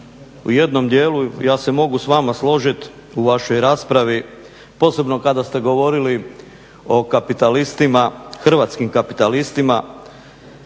u jednom dijelu ja se mogu s vama složiti u vašoj raspravi posebno kada ste govorili o kapitalistima, hrvatskim kapitalistima,